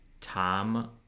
Tom